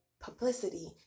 publicity